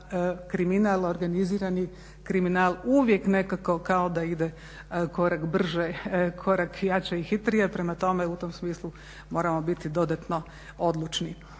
kriminal organizirani kriminal uvijek nekako kao da ide korak brže, korak jače i hitrije. Prema tome, u tom smislu moramo biti dodatno odlučni.